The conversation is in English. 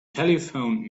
telephoned